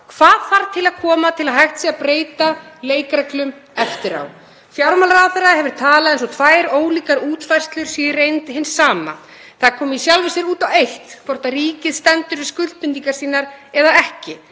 hvað þurfi að koma til til að hægt sé að breyta leikreglum eftir á. Fjármálaráðherra hefur talað eins og tvær ólíkar útfærslur séu í reynd hin sama. Það komi í sjálfu sér út á eitt hvort ríkið standi við skuldbindingar sínar eða ekki.